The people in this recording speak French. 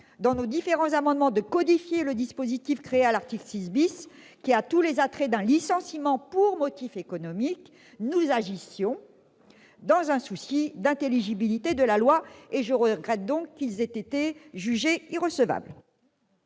dans nos différents amendements, de codifier le dispositif créé à l'article 6, qui a tous les attraits d'un licenciement pour motif économique, nous agissions dans un souci d'intelligibilité de la loi. Je regrette donc qu'ils aient été jugés irrecevables.